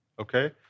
okay